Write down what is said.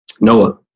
Noah